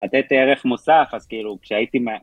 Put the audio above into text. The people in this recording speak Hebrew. לתת ערך מוסף, אז כאילו, כשהייתי מה...